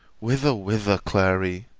whither, whither, clary